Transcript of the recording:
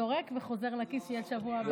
זורק וחוזר לכיס שיהיה שבוע הבא?